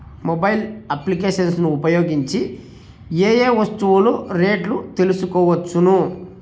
Mobile applications ను ఉపయోగించి ఏ ఏ వస్తువులు రేట్లు తెలుసుకోవచ్చును?